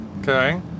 Okay